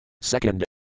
Second